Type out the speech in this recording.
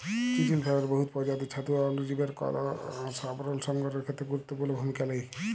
চিটিল ফাইবার বহুত পরজাতির ছাতু অ অলুজীবের কষ আবরল সংগঠলের খ্যেত্রে গুরুত্তপুর্ল ভূমিকা লেই